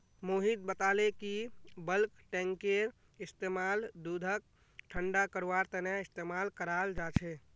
मोहित बताले कि bulk tanker इस्तेमाल दूधक ठंडा करवार तने इस्तेमाल कराल जा छे